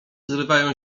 zrywają